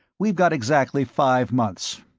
we've got exactly five months.